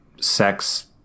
sex